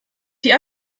die